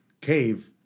cave